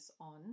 on